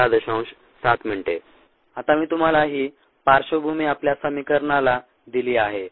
7 min आता मी तुम्हाला ही पार्श्वभूमी आपल्या समीकरणाला दिली आहे